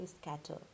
scatter